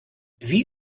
wie